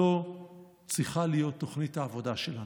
זו צריכה להיות תוכנית העבודה שלנו.